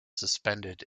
suspended